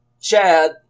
Chad